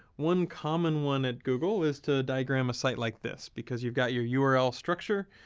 one common one at google is to diagram a site like this. because you've got your your url structure,